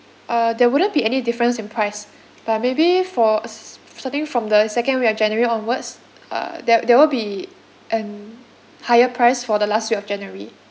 uh there wouldn't be any difference in price but maybe for s~ starting from the second week of january onwards uh there there will be an higher price for the last week of january